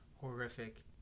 horrific